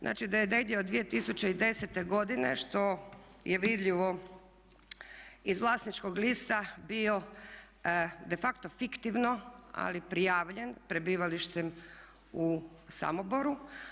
Znači da je negdje od 2010. godine, što je vidljivo iz vlasničkog lista bio defacto fiktivno, ali prijavljen prebivalištem u Samoboru.